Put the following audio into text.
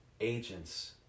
agents